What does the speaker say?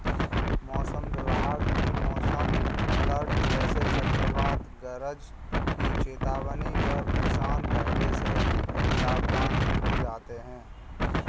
मौसम विभाग की मौसम अलर्ट जैसे चक्रवात गरज की चेतावनी पर किसान पहले से ही सावधान हो जाते हैं